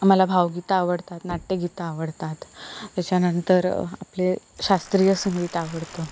मला भावगीतं आवडतात नाट्यगीतं आवडतात त्याच्यानंतर आपले शास्त्रीय संगीत आवडतं